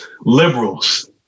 Liberals